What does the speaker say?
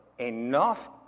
enough